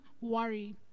worry